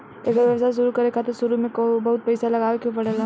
एकर व्यवसाय शुरु करे खातिर शुरू में बहुत पईसा लगावे के पड़ेला